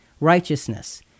righteousness